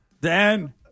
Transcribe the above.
Dan